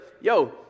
yo